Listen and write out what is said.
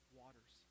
waters